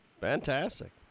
Fantastic